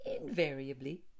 invariably